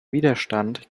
widerstand